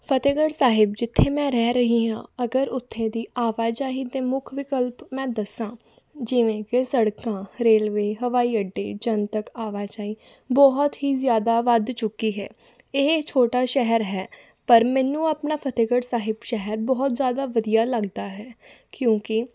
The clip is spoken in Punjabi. ਫਤਿਹਗੜ੍ਹ ਸਾਹਿਬ ਜਿੱਥੇ ਮੈਂ ਰਹਿ ਰਹੀ ਹਾਂ ਅਗਰ ਉੱਥੇ ਦੀ ਆਵਾਜਾਈ ਦੇ ਮੁੱਖ ਵਿਕਲਪ ਮੈਂ ਦੱਸਾਂ ਜਿਵੇਂ ਕਿ ਸੜਕਾਂ ਰੇਲਵੇ ਹਵਾਈ ਅੱਡੇ ਜਨਤਕ ਆਵਾਜਾਈ ਬਹੁਤ ਹੀ ਜ਼ਿਆਦਾ ਵੱਧ ਚੁੱਕੀ ਹੈ ਇਹ ਛੋਟਾ ਸ਼ਹਿਰ ਹੈ ਪਰ ਮੈਨੂੰ ਆਪਣਾ ਫਤਿਹਗੜ੍ਹ ਸਾਹਿਬ ਸ਼ਹਿਰ ਬਹੁਤ ਜ਼ਿਆਦਾ ਵਧੀਆ ਲੱਗਦਾ ਹੈ ਕਿਉਂਕਿ